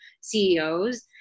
CEOs